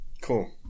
cool